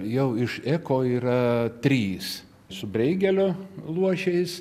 jau iš ko yra trys su breigelio luošiais